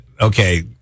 okay